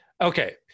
Okay